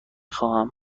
خواهم